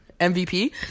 MVP